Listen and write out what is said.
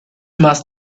must